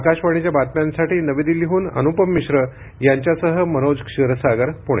आकाशवाणीच्या बातम्यांसाठी नवी दिल्लीहून अनुपम मिश्र यांच्यासह मनोज क्षीरसागर पुणे